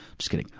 just kidding.